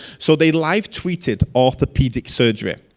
so they live tweeted orthopedic surgery.